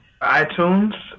iTunes